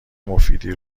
مفیدی